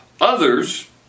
Others